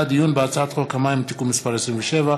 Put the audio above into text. הצעת חוק המים (תיקון מס׳ 27),